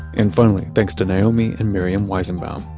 and finally, thanks to naomi and miriam weizenbaum,